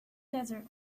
desert